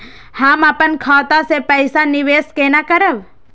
हम अपन खाता से पैसा निवेश केना करब?